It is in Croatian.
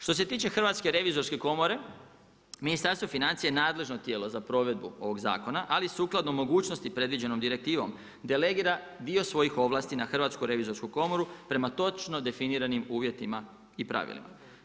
Što se tiče Hrvatske revizorske komore Ministarstvo financija je nadležno tijelo za provedbu ovog zakona, ali sukladno mogućnosti predviđenom direktivom delegira dio svojih ovlasti na Hrvatsku revizorsku komoru prema točno definiranim uvjetima i pravilima.